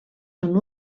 són